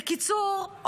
בקיצור,